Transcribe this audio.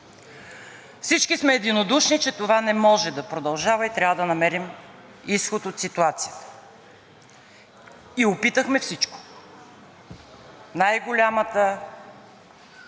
Всички сме единодушни, че това не може да продължава и трябва да намерим изход от ситуацията, и опитахме всичко – най голямата,